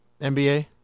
NBA